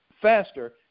faster